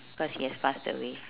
because he has passed away